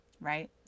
Right